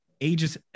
ages